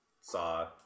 saw